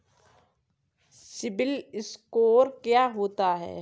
CIBIL score क्या होता है?